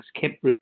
kept